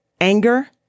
anger